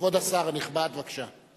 כבוד השר הנכבד, בבקשה.